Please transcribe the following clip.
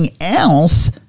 else